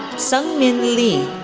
seung min lee,